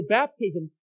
baptism